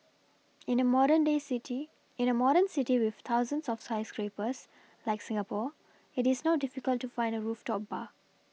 in a modern day city in a modern city with thousands of skyscrapers like Singapore it is not difficult to find a rooftop bar